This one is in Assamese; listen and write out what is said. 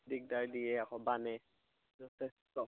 দিগদাৰ দিয়ে আকৌ বানে যথেষ্ট